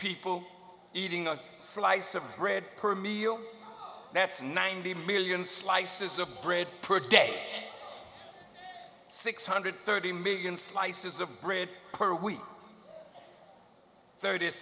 people eating a slice of bread per meal that's ninety million slices of bread per day six hundred thirty million slices of bread per week thirty